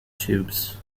tubes